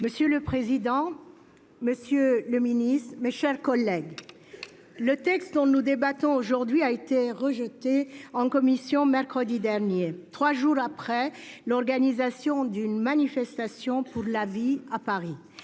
Monsieur le président, monsieur le garde des sceaux, mes chers collègues, le texte dont nous débattons aujourd'hui a été rejeté en commission mercredi dernier, trois jours après l'organisation d'une manifestation « pour la vie » à Paris.